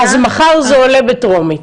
אז מחר זה עולה בטרומית.